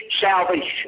salvation